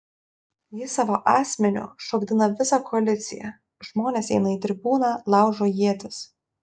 jis savo asmeniu šokdina visą koaliciją žmonės eina į tribūną laužo ietis